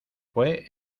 fue